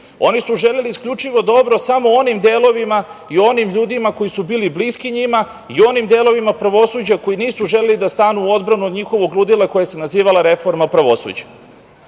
oni su želeli isključivo dobro samo onim delovima i onim ljudima koji su bili bliski njima i onim delovima pravosuđa koji nisu želeli da stanu u odbranu od njihovog ludila koja se nazivala reforma pravosuđa. Na